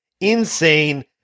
Insane